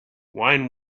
wine